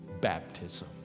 baptism